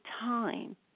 time